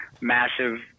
massive